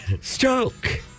stroke